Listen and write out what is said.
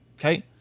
Okay